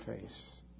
face